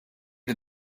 did